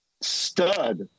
stud